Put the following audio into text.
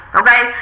okay